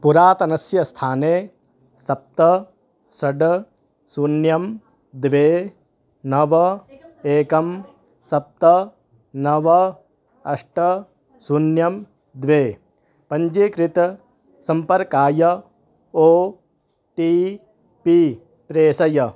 पुरातनस्य स्थाने सप्त षट् शून्यं द्वे नव एकं सप्त नव अष्ट शून्यं द्वे पञ्जीकृतसम्पर्काय ओ टी पी प्रेषय